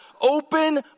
open